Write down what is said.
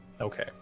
Okay